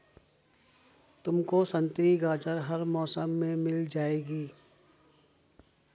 तुमको संतरी गाजर हर मौसम में मिल जाएगी